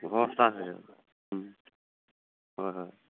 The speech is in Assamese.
সস্তা আছে হয় হয়